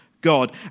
God